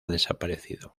desaparecido